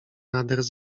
nader